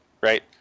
right